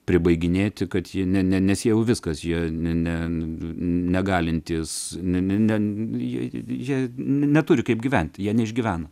pribaiginėti kad jie ne ne nes jau viskas jie ne negalintys ne ne ne jie jie neturi kaip gyventi jie neišgyvena